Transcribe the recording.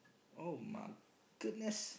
oh-my-goodness